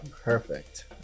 perfect